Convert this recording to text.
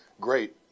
great